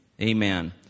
Amen